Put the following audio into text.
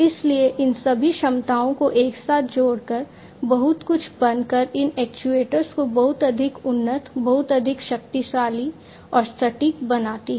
इसलिए इन सभी क्षमताओं को एक साथ जोड़कर बहुत कुछ बनकर इन एक्ट्यूएटर्स को बहुत अधिक उन्नत बहुत अधिक शक्तिशाली और सटीक बनाते हैं